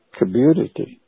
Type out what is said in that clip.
community